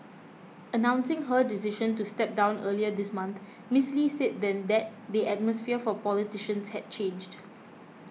announcing her decision to step down earlier this month Miss Lee said then that the atmosphere for politicians had changed